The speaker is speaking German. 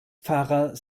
pfarrer